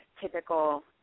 typical